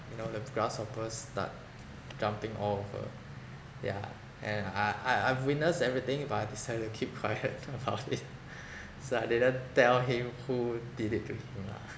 you know the grasshoppers start jumping all over yeah and I~ I~ I've witnessed everything but I decided to keep quiet about it so I didn't tell him who did it to him lah